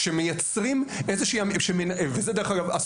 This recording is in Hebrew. כשמייצרים איזושהי וזה דרך אגב,